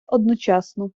одночасно